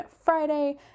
Friday